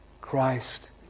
Christ